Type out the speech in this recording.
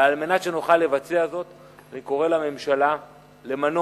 ועל מנת שנוכל לבצע זאת אני קורא לממשלה למנות